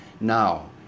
Now